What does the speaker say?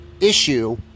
issue